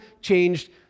changed